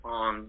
on